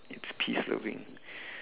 it's peace loving